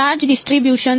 charge distribution